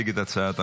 תודה רבה לכולם.